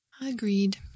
agreed